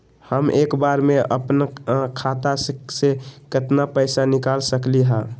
हम एक बार में अपना खाता से केतना पैसा निकाल सकली ह?